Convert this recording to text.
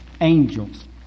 angels